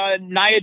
Nia